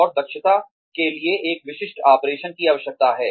और दक्षता के लिए एक विशिष्ट ऑपरेशन की आवश्यकता है